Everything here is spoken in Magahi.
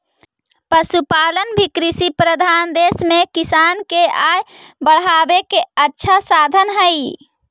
पशुपालन भी कृषिप्रधान देश में किसान के आय बढ़ावे के अच्छा साधन हइ